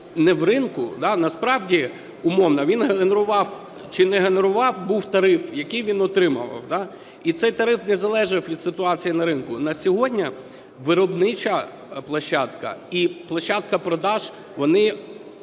не в ринку, насправді, умовно, він генерував чи не генерував, був тариф, який він утримував. І цей тариф не залежав від ситуації на ринку. На сьогодні виробнича площадка і площадка продажу вони